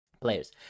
players